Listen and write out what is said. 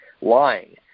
lying